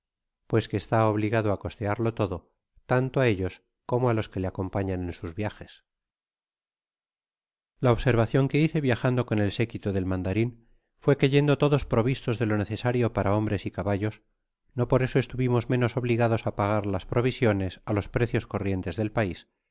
pues que está obligado á costearlo todo tanto á ellos como á los que le acompañan en sus viajes la observacion que hice viajando con el séquito del mandarin fué que yendo todos provistos de lo necesario para hombres y caballos no por eso estuvimos menos obligados á pagar las provisiones á los precios corrientes del país